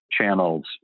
channels